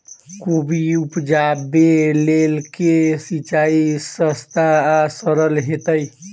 कोबी उपजाबे लेल केँ सिंचाई सस्ता आ सरल हेतइ?